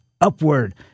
upward